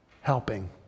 helping